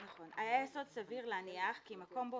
עכשיו אסור שהחוק יהפוך למצב שלא